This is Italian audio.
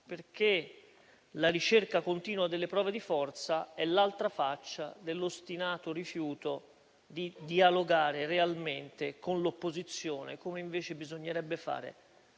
forza. La ricerca continua delle prove di forza è l'altra faccia dell'ostinato rifiuto di dialogare realmente con l'opposizione, come invece bisognerebbe fare